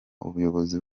ubuyobozi